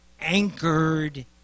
anchored